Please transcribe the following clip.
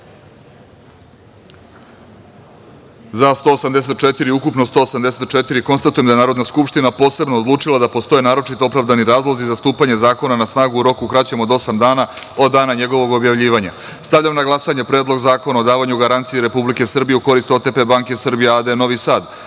narodnih poslanika. Konstatujem da je Narodna skupština posebno odlučila da postoje naročito opravdani razlozi za stupanje zakona na snagu u roku kraćem od osam dana od dana njegovog objavljivanja. Stavljam na glasanje Predlog zakona davanju garancije Republike Srbije u korist OTP banke Srbija a.d. Novi Sad